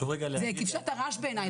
זאת כבשת הרש בעיני,